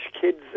kids